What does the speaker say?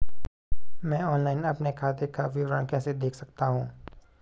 मैं ऑनलाइन अपने खाते का विवरण कैसे देख सकता हूँ?